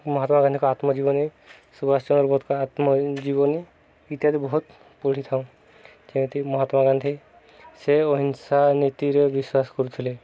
ମହାତ୍ମା ଗାନ୍ଧୀଙ୍କ ଆତ୍ମଜୀବନୀ ସୁବାଷ ଚନ୍ଦ୍ର ବୋଷଙ୍କ ଆତ୍ମଜୀବନୀ ଇତ୍ୟାଦି ବହୁତ ପଢ଼ିଥାଉଁ ଯେମିତି ମହାତ୍ମା ଗାନ୍ଧୀ ସେ ଅହିଂସା ନୀତିରେ ବିଶ୍ୱାସ କରୁଥିଲେ